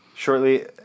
Shortly